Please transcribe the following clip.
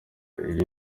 iyi